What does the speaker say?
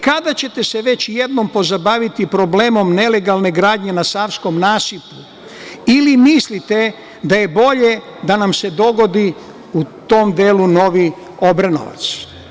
Kada ćete se već jednom pozabaviti problemom nelegalne gradnje na Savskom nasipu ili mislite da je bolje da nam se dogodi u tom delu novi Obrenovac?